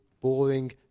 boring